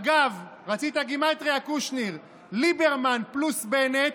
אגב, רצית גימטרייה, קושניר: ליברמן פלוס בנט,